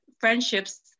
friendships